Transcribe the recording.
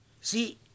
See